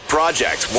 Project